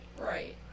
Right